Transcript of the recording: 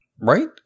Right